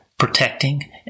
protecting